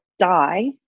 die